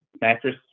mattress